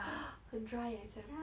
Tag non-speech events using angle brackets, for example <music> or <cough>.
<noise> 很 dry 耶这样